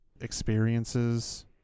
experiences